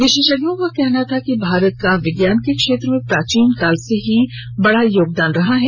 विशेषज्ञों का कहना था कि भारत का विज्ञान के क्षेत्र में प्राचीन काल से ही बड़ा योगदान रहा है